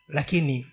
Lakini